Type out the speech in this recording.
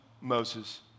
Moses